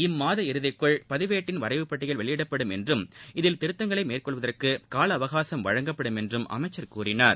இம்மாத இறுதிக்குள் பதிவேட்டின் வரைவுப் பட்டியல் வெளியிடப்படும் என்றும் இதில் திருத்தங்களை மேற்கொள்வதற்கு கால அவகாசம் வழங்கப்படும் என்றும் அமைச்சர் கூறினார்